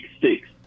six